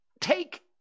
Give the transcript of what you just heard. take